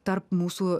tarp mūsų